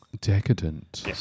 Decadent